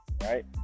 Right